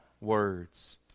words